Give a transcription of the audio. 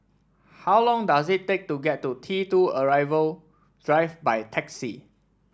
how long does it take to get to T two Arrival Drive by taxi